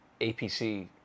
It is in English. APC